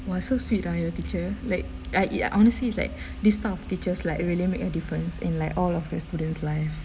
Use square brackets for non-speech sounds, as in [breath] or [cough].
!wah! so sweet ah your teacher like ah it uh honestly is like [breath] this type of teachers lah it really make a difference in like all of the student's life